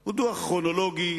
הוא דוח, כרונולוגי